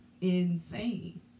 insane